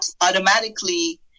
automatically